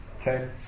Okay